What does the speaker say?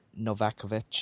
Novakovic